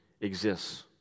exists